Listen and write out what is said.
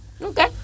Okay